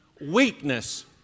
weakness